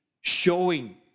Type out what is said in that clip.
Showing